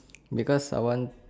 because I want